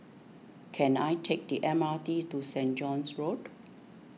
can I take the M R T to Saint John's Road